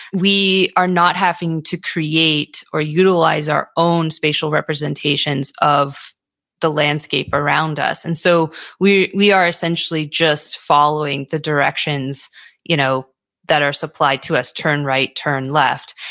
we are not having to create or utilize our own spatial representations of the landscape around us. and so we we are essentially just following the directions you know that are supplied to us. turn right, turn left.